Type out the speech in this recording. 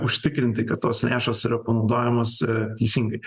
užtikrinti kad tos lėšos yra panaudojamos teisingai